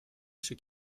się